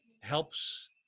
helps